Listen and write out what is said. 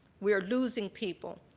we're losing people.